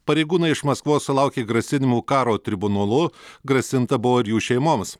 pareigūnai iš maskvos sulaukė grasinimų karo tribunolu grasinta buvo ir jų šeimoms